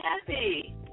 happy